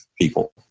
people